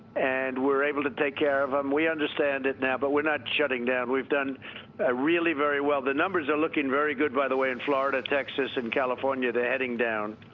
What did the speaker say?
and we're able to take care of them. we understand it now. but we're not shutting down. we've done really very well. the numbers are looking very good, by the way, in florida, texas and california. they're heading down.